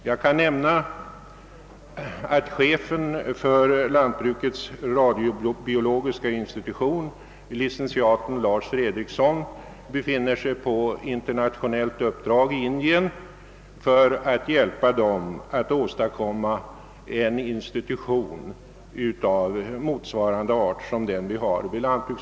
Jag kan nämna att chefen för lantbrukshögskolans radiobiologiska institution, licentiaten Lars Fredriksson, befinner sig på internationellt uppdrag i Indien för att hjälpa till att där åstadkomma en institution av samma slag som vår.